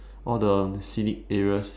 all the scenic areas